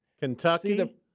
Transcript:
Kentucky